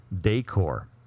decor